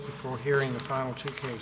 before hearing the final two